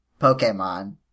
Pokemon